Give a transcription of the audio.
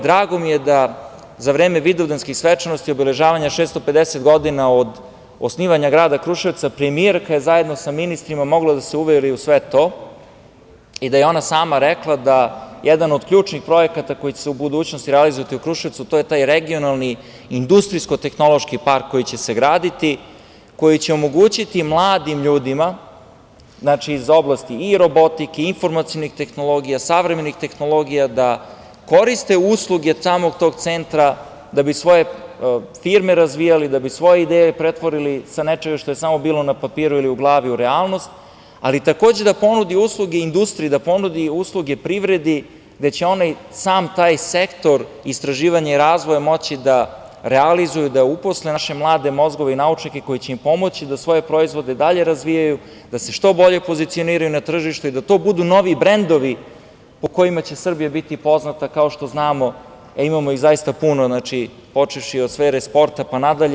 Drago mi je da za vreme vidovdanskih svečanosti, obeležavanja 650 godina od osnovanja grada Kruševca premijerka je zajedno sa ministrima mogla da se uveri u sve to i da je ona sama rekla da jedan od ključnih projekata koji će se u budućnosti realizovati u Kruševcu to je taj Regionalni industrijsko-tehnološki park koji će se graditi, koji će omogućiti mladim ljudima iz oblasti robotike, informacionih tehnologija, savremenih tehnologija da koriste usluge samog tog centra da bi svoje firme razvijali, da bi svoje ideje pretvorili sa nečega što je samo bilo na papiru ili u glavi u relanost, ali takođe da ponudi usluge industriji, da ponudi usluge privredi, gde će onaj sam taj sektor istraživanja i razvoja moći da realizuju, da uposle naše mlade mozgove i naučnike koji će im pomoći da svoje proizvode dalje razvijaju, da se što bolje pozicioniraju na tržištu i da to budu novi brendovi po kojima će Srbija biti poznata, kao što znamo, a imamo ih zaista puno, počevši od sfere sporta, pa nadalje.